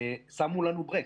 שמו לנו ברקס.